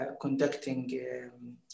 conducting